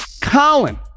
COLIN